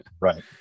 Right